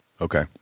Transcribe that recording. Okay